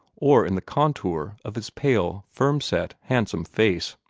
or in the contour of his pale, firm-set, handsome face.